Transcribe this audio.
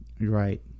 right